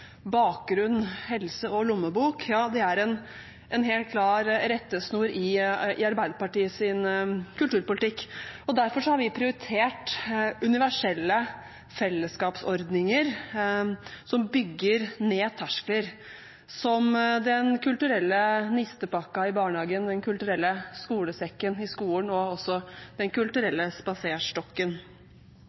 bakgrunn, helse og lommebok, er en helt klar rettesnor i Arbeiderpartiets kulturpolitikk. Derfor har vi prioritert universelle fellesskapsordninger som bygger ned terskler som Den kulturelle nistepakka i barnehagen, Den kulturelle skolesekken i skolen og også Den kulturelle spaserstokken.